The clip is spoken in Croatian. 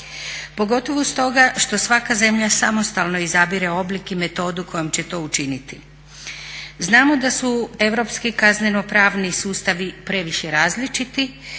pogotovo stoga što svaka zemlja samostalno izabire oblik i metodu kojom će to učiniti. Znamo da su europski kazneno pravni sustavi previše različiti